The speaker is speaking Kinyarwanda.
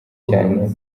cyane